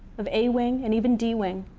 of a wing, and even d wing,